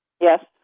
yes